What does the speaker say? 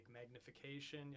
magnification